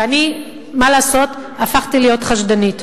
ואני, מה לעשות, הפכתי להיות חשדנית.